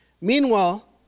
Meanwhile